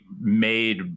made